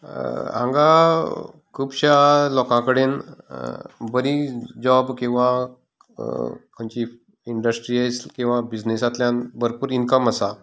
हांगा खुबश्या लोकां कडेन बरी जॉब किंवा खंयचीय इंडट्रियस्ट किंवा बिजनेसांतल्यान भरपूर इनकम आसा